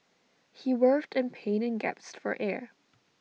he writhed in pain and gasped for air